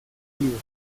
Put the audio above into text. libro